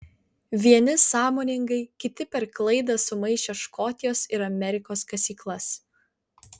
vieni sąmoningai kiti per klaidą sumaišę škotijos ir amerikos kasyklas